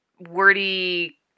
wordy